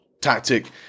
tactic